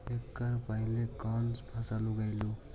एकड़ पहले कौन फसल उगएलू हा?